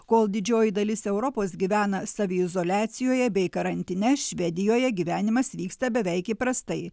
kol didžioji dalis europos gyvena saviizoliacijoje bei karantine švedijoje gyvenimas vyksta beveik įprastai